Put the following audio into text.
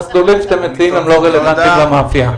המסלולים שאתם מציעים, לא רלוונטיים למאפייה.